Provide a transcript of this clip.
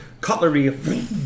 Cutlery